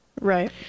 Right